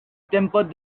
tempered